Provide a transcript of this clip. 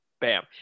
Bam